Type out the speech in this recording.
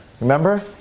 Remember